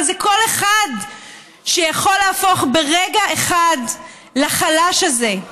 אבל כל אחד שיכול להפוך ברגע אחד לחלש הזה.